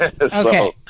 Okay